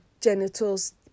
genitals